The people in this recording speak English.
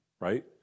right